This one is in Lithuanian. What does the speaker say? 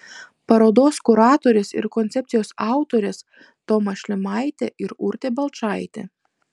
parodos kuratorės ir koncepcijos autorės toma šlimaitė ir urtė balčaitė